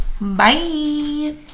Bye